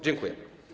Dziękuję.